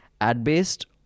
ad-based